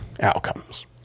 outcomes